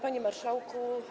Panie Marszałku!